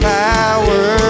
power